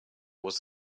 was